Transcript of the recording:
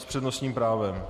S přednostním právem.